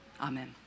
Amen